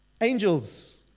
Angels